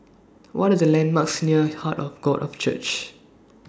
What Are The landmarks near Heart of God of Church